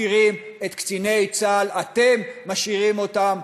מפקירים את קציני צה"ל, אתם משאירים אותם